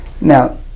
Now